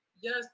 Yes